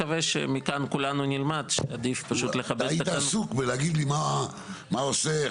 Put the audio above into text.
לשם כך הייתי רוצה לשמוע מהאנשים שנמצאים כאן.